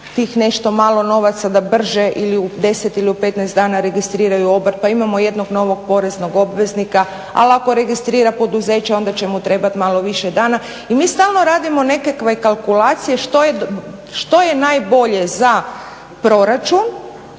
tih nešto malo novaca da brže ili u 10 ili u 15 dana registriraju obrt, pa imamo jednog novog poreznog obveznika. Ali ako registrira poduzeće onda će mu trebat malo više dana. I mi stalno radimo nekakve kalkulacije što je najbolje za proračun,